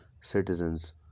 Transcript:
citizens